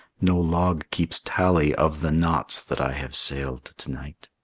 no log keeps tally of the knots that i have sailed to-night.